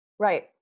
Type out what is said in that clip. Right